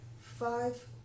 five